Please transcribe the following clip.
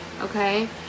okay